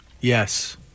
Yes